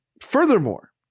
Furthermore